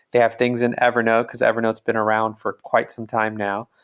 they have things in evernote, because evernote has been around for quite some time now.